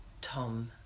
Tom